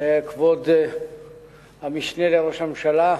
כבוד המשנה לראש הממשלה,